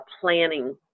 planning